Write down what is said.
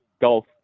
Golf